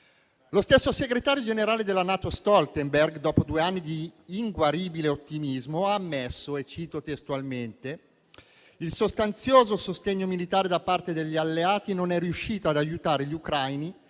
Lo stesso segretario generale della NATO Stoltenberg, dopo due anni di inguaribile ottimismo, ha ammesso - cito testualmente - che il sostanzioso sostegno militare da parte degli alleati non è riuscito ad aiutare gli ucraini